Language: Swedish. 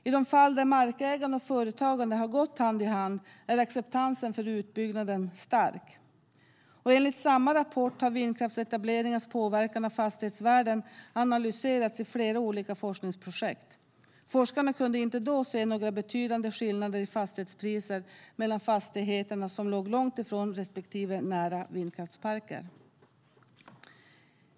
I de fall där markägaren och företagen har gått hand i hand är acceptansen för utbyggnaden stark. Enligt samma rapport har vindkraftsetableringens påverkan på fastighetsvärden analyserats i flera olika forskningsprojekt. Forskarna kunde då inte se några betydande skillnader i fastighetspriser mellan fastigheterna som låg långt ifrån respektive nära vindkraftsparken.